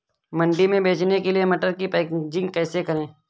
मंडी में बेचने के लिए मटर की पैकेजिंग कैसे करें?